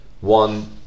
one